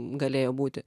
galėjo būti